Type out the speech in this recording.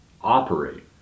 operate